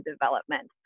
development